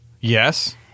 Yes